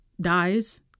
dies